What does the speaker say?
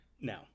now